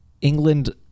England